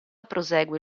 prosegue